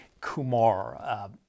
Kumar